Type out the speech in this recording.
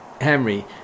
Henry